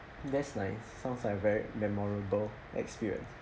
that's nice sounds like a very memorable experience